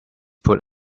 put